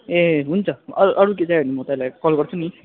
ए हुन्छ अरू अरू के चाहियो भने म तपाईँलाई कल गर्छु नि